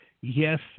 yes